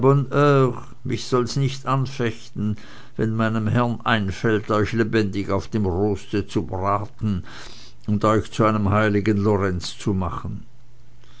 mich soll's nicht anfechten wenn meinem herrn einfällt euch lebendig auf dem roste zu braten und euch zu einem heiligen lorenz zu machen